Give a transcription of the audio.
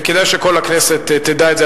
וכדאי שכל הכנסת תדע את זה,